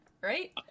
Right